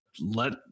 let